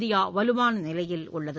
India வலுவான நிலையில் உள்ளது